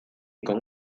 con